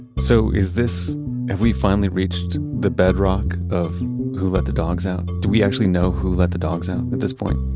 so is this, have we finally reached the bedrock of who let the dogs out? do we actually know who let the dogs out at this point?